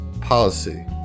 policy